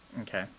Okay